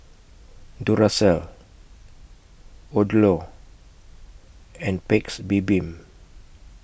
Duracell Odlo and Paik's Bibim